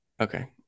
Okay